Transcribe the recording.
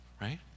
right